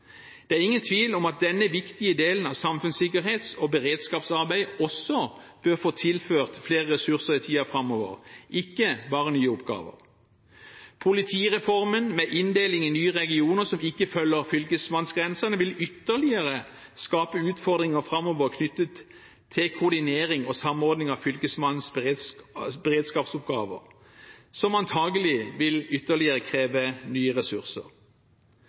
Det er ingen tvil om at denne viktige delen av samfunnssikkerhets- og beredskapsarbeidet også bør få tilført flere ressurser i tiden framover, ikke bare nye oppgaver. Politireformen, med inndeling i nye regioner som ikke følger fylkesmannsgrensene, vil ytterligere skape utfordringer framover knyttet til koordinering og samordning av fylkesmannens beredskapsoppgaver, som antagelig vil ytterligere kreve nye ressurser.